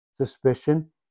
Suspicion